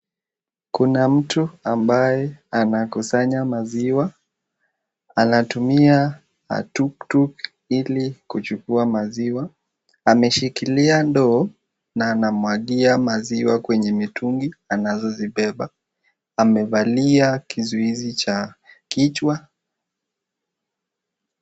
Kuna mtu ambaye anakusanya maziwa. Anatumia Tuktuk ili kuchukua maziwa. Ameshikilia ndoo na anamwagia maziwa kwenye mitungi anazozibeba. Amevalia kizuizi cha kichwa.